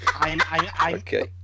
Okay